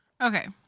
Okay